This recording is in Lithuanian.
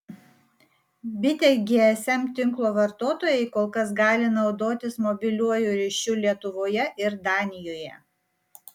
bitė gsm tinklo vartotojai kol kas gali naudotis mobiliuoju ryšiu lietuvoje ir danijoje